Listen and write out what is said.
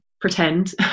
pretend